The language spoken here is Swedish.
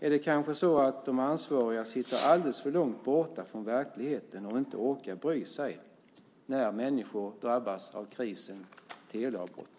Är det kanske så att de ansvariga sitter alldeles för långt borta från verkligheten och inte orkar bry sig när människor drabbas av krisen teleavbrott?